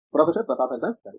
professor Pratap Haridas సరే